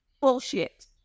bullshit